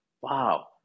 wow